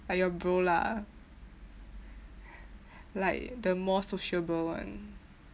like your bro lah like the more sociable one